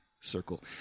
circle